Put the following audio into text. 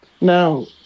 Now